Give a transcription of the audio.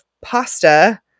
pasta